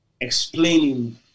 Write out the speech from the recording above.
explaining